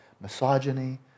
misogyny